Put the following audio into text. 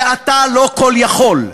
שאתה לא כול יכול,